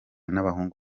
n’abahungu